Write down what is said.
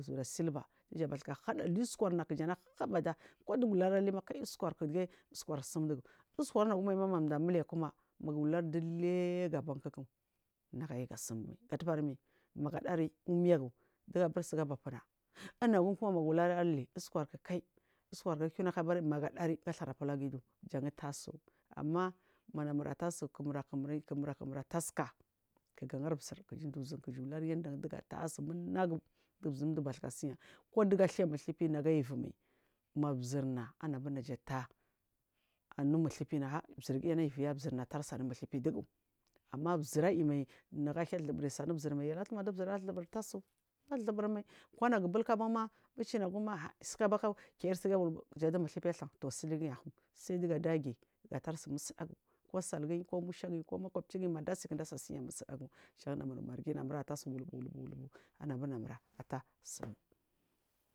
Kija silba kija basuka hada du us kurna kijana habbada kudugu w r arlima kaiy uskurk de uskurk sum dugu. Uskur unagu aimanda mule kuma magu har duligu abak naga yi ga simmai magaɗar diigu dugu sun digaba funa inagum kuma ma nagu lur arlii uskurk kai maga ɗan digu gadhana fulagu amma mamura tahsuku kumur kumur kumura taɓika kigu har zir kija dauzun kija lur yanda duga tahsu munagu kizirdubasi kasiya koduga dhai musufi na gayi vumai mazirna anabur na tah anu musufina a zirgiyana ivuya zirna atasuanu musufi dugu amma zir imai naga hya thuzubu anu zirmai abar duzir a athuzubu tahzu athuzuburma konagu bulk banma bucinagum ma asiku baku kesigawul jan mu ma asiku baku kesigawul jan mu thufi dhan tusiligiyi gatar sumu suɗagu kusalgiyi, kumushagiyi ku makobeigiyi madasi kindesai siya musudagu jan namur margi ya atasu wulkwulkwulk aburna mura tah sumai.